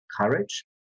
courage